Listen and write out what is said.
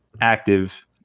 active